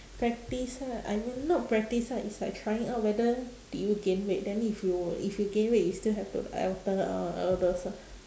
practise ah I mean not practise ah it's like trying out whether did you gain weight then if you if you gain weight you still have to alter uh all those ah